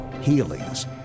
Healings